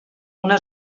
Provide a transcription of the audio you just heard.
una